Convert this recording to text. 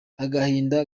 agahinda